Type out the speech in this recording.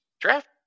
draft